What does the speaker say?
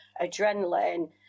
adrenaline